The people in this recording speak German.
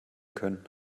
können